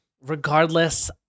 Regardless